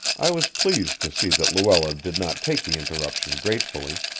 i was pleased to see that luella did not take the interruption gratefully,